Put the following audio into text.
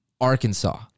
Arkansas